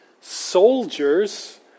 soldiers